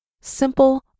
simple